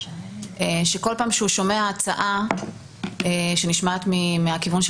שכל פעם שהוא שומע הצעה שנשמעת מהכיוון של